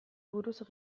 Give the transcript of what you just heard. buruz